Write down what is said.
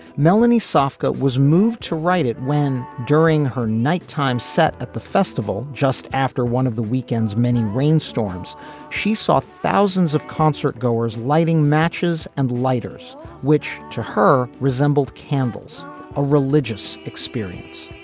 melanie softcore was moved to write it when during her nighttime set at the festival just after one of the weekend's many rainstorms she saw thousands of concert goers lighting matches and lighters which to her resembled campbell's a religious experience.